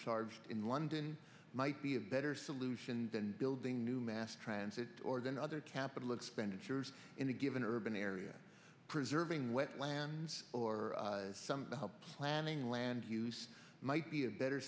charge in london might be a better solution than building new mass transit or than other capital expenditures in a given urban area preserving wetlands or some planning land use might be a better